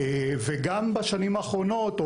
ובשנים האחרונות,